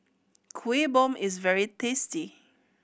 Kuih Bom is very tasty